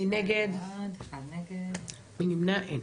2 נגד, 1 נמנעים, אין